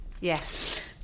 yes